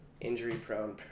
injury-prone